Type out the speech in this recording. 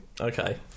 Okay